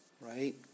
right